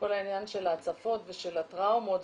כל העניין של ההצפות ושל הטראומות,